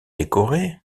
décoré